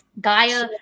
gaia